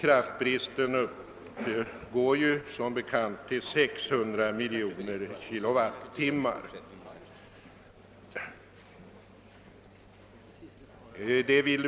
Kraftbristen uppgår som bekant till cirka 600 miljoner kWh.